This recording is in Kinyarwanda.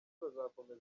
bazakomeza